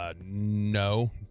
No